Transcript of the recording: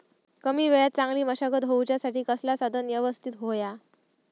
कमी वेळात चांगली मशागत होऊच्यासाठी कसला साधन यवस्तित होया?